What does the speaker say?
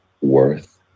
worth